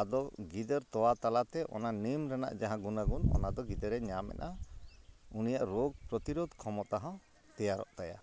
ᱟᱫᱚ ᱜᱤᱫᱟᱹᱨ ᱛᱚᱣᱟ ᱛᱟᱞᱟ ᱛᱮ ᱚᱱᱟ ᱱᱤᱢ ᱨᱚᱱᱟᱜ ᱡᱟᱦᱟᱸ ᱜᱩᱱᱟᱜᱩᱱ ᱚᱱᱟ ᱫᱚ ᱜᱤᱫᱟᱹᱨᱮ ᱧᱟᱢᱮᱫᱼᱟ ᱩᱱᱤᱭᱟᱜ ᱨᱳᱜᱽ ᱯᱨᱚᱛᱤᱨᱳᱫᱽ ᱠᱷᱚᱢᱚᱛᱟ ᱦᱚᱸ ᱛᱮᱭᱟᱨᱚᱜ ᱛᱟᱭᱟ